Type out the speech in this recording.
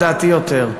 לדעתי, יותר.